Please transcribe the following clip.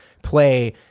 play